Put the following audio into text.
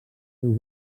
seu